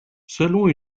selon